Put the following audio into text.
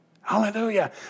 Hallelujah